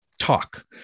talk